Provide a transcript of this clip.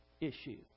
issue